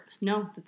No